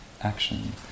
action